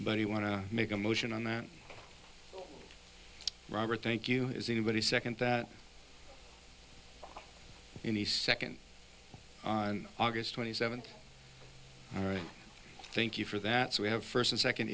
to make a motion on that robert thank you as anybody second that any second on august twenty seventh all right thank you for that so we have first and second